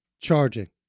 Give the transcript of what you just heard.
charging